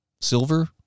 Silver